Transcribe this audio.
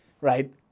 right